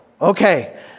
Okay